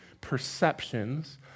perceptions